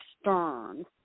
stern